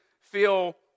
feel